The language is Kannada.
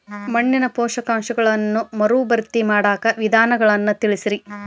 ಮಣ್ಣಿನ ಪೋಷಕಾಂಶಗಳನ್ನ ಮರುಭರ್ತಿ ಮಾಡಾಕ ವಿಧಾನಗಳನ್ನ ತಿಳಸ್ರಿ